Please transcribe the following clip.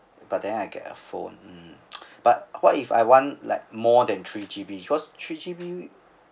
but then I get a phone but what if I want like more than three G_B because three G_B